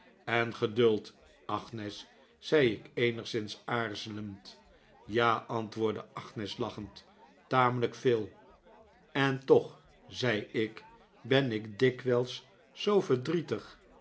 en geduld agnes zei ik eenigszins aarzelend ja antwoordde agnes lachend tamelijk veel en toch zei ik ben ik dikwijls zoo verdrietig